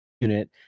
unit